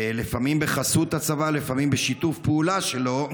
לפעמים בחסות הצבא לפעמים בשיתוף פעולה שלו,